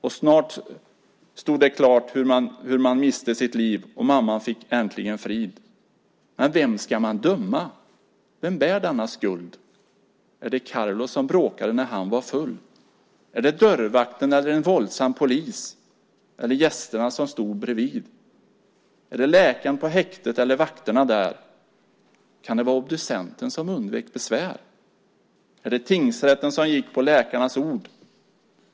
Och snart stod det klart hur man miste sitt liv, och mamman fick äntligen frid. Men vem ska man döma, vem bär denna skuld? Är det Carlos som bråkade när han var full? Är det dörrvakten eller en våldsam polis, eller gästerna som stod bredvid? Är det läkar'n på häktet, eller vakterna där? Kan det va' obducenten som undvek besvär? Är det tingsrätten som gick på läkarnas ord?